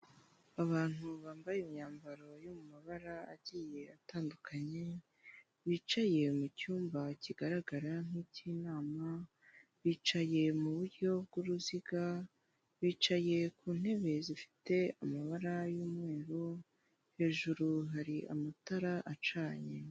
Abantu bambaye imyambaro yo mu mabara agiye atandukanye bicaye mucyumba kigaragara nki cy'inama, bicaye muburyo bwuruziga, bicaye ku ntebe zifite amabara y'umweru hejuru hari amatara acanye.